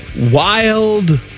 Wild